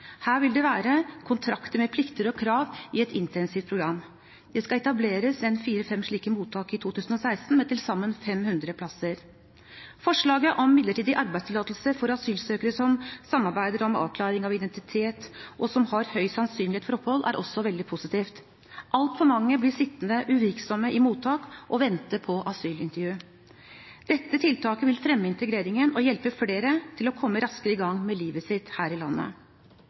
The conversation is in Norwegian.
Her vil det være kontrakter med plikter og krav i et intensivt program. Det skal etableres fire–fem slike mottak i 2016 med til sammen 500 plasser. Forslaget om midlertidig arbeidstillatelse for asylsøkere som samarbeider om avklaring av identitet, og som har høy sannsynlighet for opphold, er også veldig positivt. Altfor mange blir sittende uvirksomme i mottak og vente på asylintervju. Dette tiltaket vil fremme integreringen og hjelpe flere til å komme raskere i gang med livet sitt her i landet.